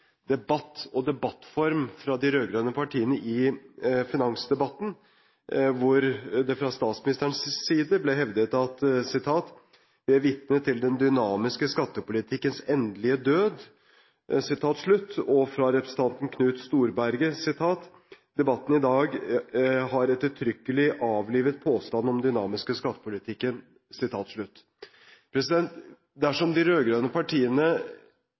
debatt og debattform fra de rød-grønne partiene i finansdebatten, hvor det fra statsministerens side ble hevdet: «Vi er vitne til den dynamiske skattepolitikkens endelige død.» Og fra representanten Knut Storberget: debatten i dag ettertrykkelig har avlivet påstanden om den dynamiske skattepolitikken.» Dersom de rød-grønne partiene